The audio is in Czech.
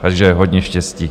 Takže hodně štěstí.